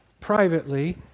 privately